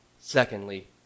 Secondly